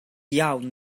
iawn